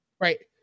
right